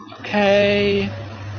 Okay